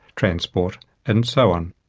transport and so on.